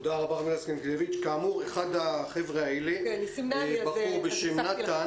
אחד מהחבר'ה האלה, בחור בשם נתן